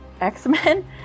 X-Men